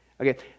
Okay